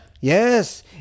Yes